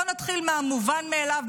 בואו נתחיל מהמובן מאליו,